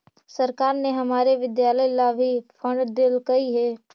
सरकार ने हमारे विद्यालय ला भी फण्ड देलकइ हे